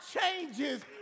changes